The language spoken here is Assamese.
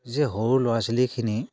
যে সৰু ল'ৰা ছোৱালীখিনি